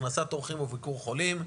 הכנסת אורחים וביקור חולים,